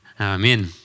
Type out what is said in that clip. Amen